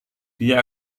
dia